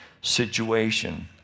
situation